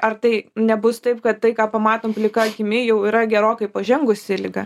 ar tai nebus taip kad tai ką pamatom plika akimi jau yra gerokai pažengusi liga